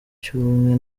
cy’ubumwe